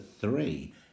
three